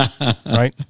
Right